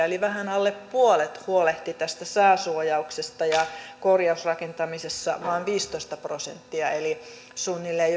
eli vähän alle puolet huolehti tästä sääsuojauksesta ja korjausrakentamisessa vain viisitoista prosenttia eli suunnilleen